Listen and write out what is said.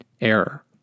error